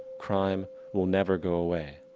crime will never go away.